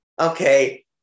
okay